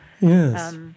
Yes